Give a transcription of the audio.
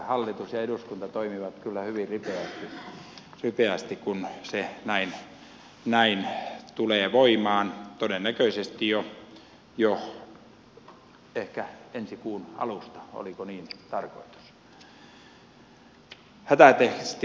hallitus ja eduskunta toimivat kyllä hyvin ripeästi kun se näin tulee voimaan todennäköisesti jo ehkä ensi kuun alusta oliko niin tarkoitus